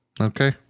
Okay